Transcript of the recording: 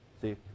See